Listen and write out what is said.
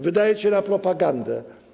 Wydajecie na propagandę.